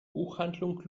buchhandlung